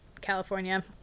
California